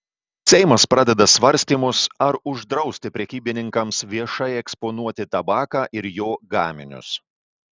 seimas pradeda svarstymus ar uždrausti prekybininkams viešai eksponuoti tabaką ir jo gaminius